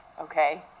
Okay